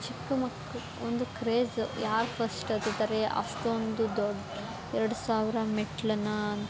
ಚಿಕ್ಕ ಮಕ್ಳು ಒಂದು ಕ್ರೇಜ್ ಯಾರು ಫಸ್ಟ್ ಹತ್ತುತ್ತಾರೆ ಅಷ್ಟೊಂದು ದೊಡ್ಡ ಎರಡು ಸಾವಿರ ಮೆಟ್ಟಿಲನ್ನ ಅಂತ